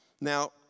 Now